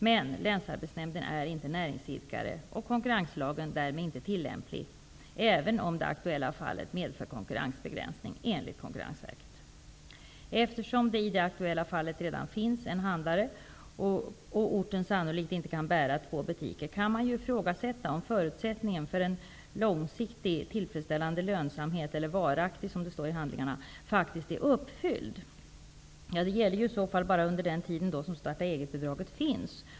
Men länsarbetsnämnden är inte näringsidkare, och konkurrenslagen är därmed inte tillämplig, även om det aktuella fallet medför konkurrensbegränsning enligt Konkurrensverket. Eftersom det i det aktuella fallet redan finns en handlare och orten sannolikt inte kan bära två butiker kan man ju ifrågasätta om förutsättningen för en långsiktig tillfredsställande lönsamhet -- eller varaktig som det står i handlingarna -- faktiskt är uppfylld. Det gäller i så fall bara under den tid som starta-eget-bidraget finns.